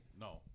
No